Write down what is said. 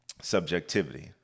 subjectivity